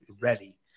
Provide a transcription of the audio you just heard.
ready